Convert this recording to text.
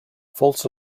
false